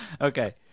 Okay